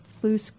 flu